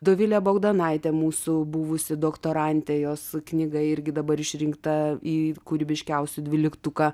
dovilė bagdonaitė mūsų buvusi doktorantė jos knyga irgi dabar išrinkta į kūrybiškiausių dvyliktuką